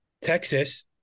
Texas